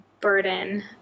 burden